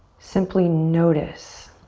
simply notice.